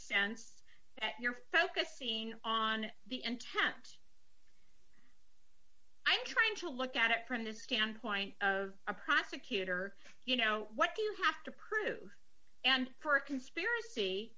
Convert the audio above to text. sense that you're focusing on the intent i'm trying to look at it from the standpoint of a prosecutor you know what do you have to prove and for a conspiracy